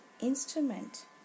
instrument